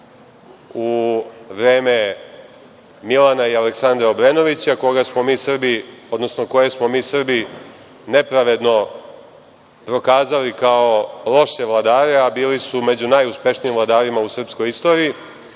u vreme Milana i Aleksandra Obrenovića, koje smo mi Srbi nepravedno prokazali kao loše vladare, a bili su među najuspešnijim vladarima u srpskoj istoriji,